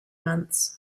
months